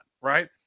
right